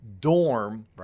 dorm